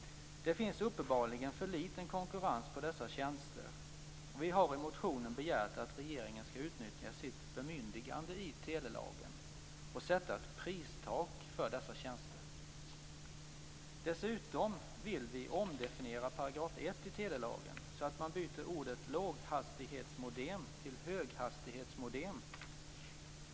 Det finns uppenbarligen för liten konkurrens på dessa tjänster. Vi har i motionen begärt att regeringen skall utnyttja sitt bemyndigande i telelagen och sätta ett pristak för dessa tjänster. Dessutom vill vi omdefiniera § 1 i telelagen, så att man byter ordet "låghastighetsmodem" till "höghastighetsmodem".